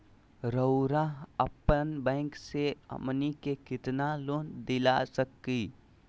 रउरा अपन बैंक से हमनी के कितना लोन दिला सकही?